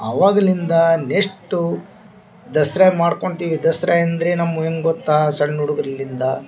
ಅವಾಗ್ನಿಂದ ನೆಷ್ಟು ದಸರಾ ಮಾಡ್ಕೊಳ್ತೀವಿ ದಸರಾ ಹೆಂಗೆ ರೀ ನಮ್ಮ ಸಣ್ಣ ಹುಡ್ಗುರ್ಲಿಂದ